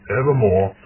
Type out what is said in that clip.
evermore